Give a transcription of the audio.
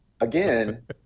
again